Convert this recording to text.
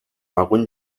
algun